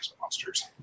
Monsters